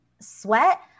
sweat